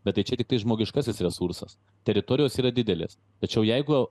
bet tai čia tiktai žmogiškasis resursas teritorijos yra didelis tačiau jeigu